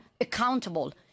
accountable